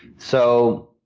so,